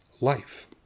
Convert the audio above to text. life